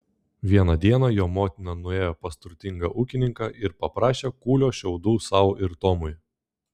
vieną dieną jo motina nuėjo pas turtingą ūkininką ir paprašė kūlio šiaudų sau ir tomui